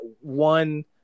one